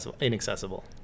inaccessible